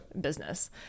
business